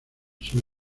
sur